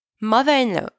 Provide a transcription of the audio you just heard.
Mother-in-law